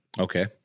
Okay